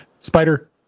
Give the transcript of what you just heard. Spider